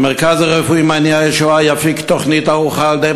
המרכז הרפואי "מעייני הישועה" יפיק תוכנית ערוכה על-ידי